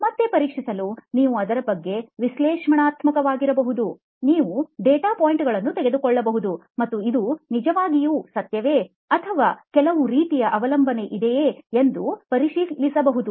ಮತ್ತೆ ಪರೀಕ್ಷಿಸಲು ನೀವು ಅದರ ಬಗ್ಗೆ ವಿಶ್ಲೇಷಣಾತ್ಮಕವಾಗಿರಬಹುದು ನೀವು ಡೇಟಾ ಪಾಯಿಂಟ್ ಗಳನ್ನು ತೆಗೆದುಕೊಳ್ಳಬಹುದು ಮತ್ತು ಇದು ನಿಜವಾಗಿಯೂ ಸತ್ಯವೇ ಅಥವಾ ಕೆಲವು ರೀತಿಯ ಅವಲಂಬನೆ ಇದೆಯೇ ಎಂದು ಪರಿಶೀಲಿಸಬಹುದು